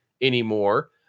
anymore